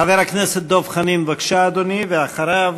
חבר הכנסת דב חנין, בבקשה, אדוני, ואחריו,